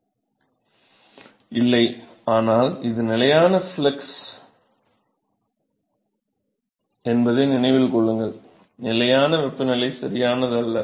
மாணவர் இல்லை ஆனால் இது நிலையான ஃப்ளக்ஸ் என்பதை நினைவில் கொள்ளுங்கள் நிலையான வெப்பநிலை சரியானது அல்ல